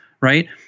Right